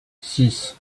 six